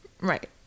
right